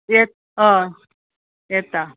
येत हय येता